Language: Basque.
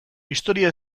historia